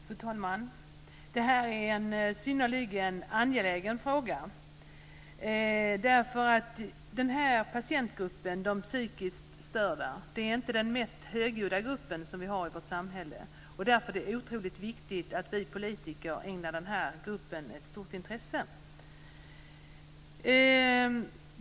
Fru talman! Det här är en synnerligen angelägen fråga. Patientgruppen psykiskt störda är inte den mest högljudda gruppen i vårt samhälle, och det är oerhört viktigt att vi ägnar den här gruppen ett stort intresse.